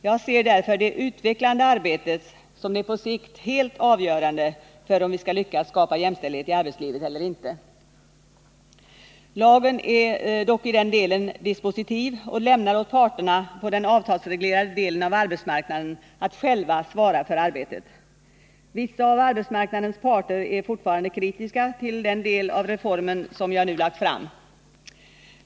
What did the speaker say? Jag ser därför det utvecklande arbetet som det på sikt helt avgörande för om vi skall lyckas skapa jämställdhet i arbetslivet eller inte. Lagen är dock i den delen dispositiv och lämnar åt parterna på den avtalsreglerade delen av arbetsmarknaden att själva svara för arbetet. Vissa av arbetsmarknadens parter är fortfarande kritiska till den del av reformen jag nu lagt fram.